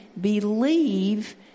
believe